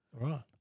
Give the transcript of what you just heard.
Right